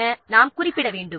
என நாம் குறிப்பிட வேண்டும்